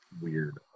weird